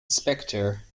specter